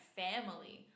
family